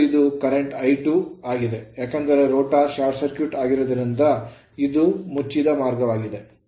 ಮತ್ತು ಇದು ಪ್ರಸ್ತುತ I2 ಆಗಿದೆ ಏಕೆಂದರೆ ರೋಟರ್ ಶಾರ್ಟ್ ಸರ್ಕ್ಯೂಟ್ ಆಗಿರುವುದರಿಂದ ಇದು ಮುಚ್ಚಿದ ಮಾರ್ಗವಾಗಿದೆ